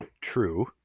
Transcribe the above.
true